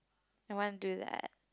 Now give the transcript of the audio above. I want to do that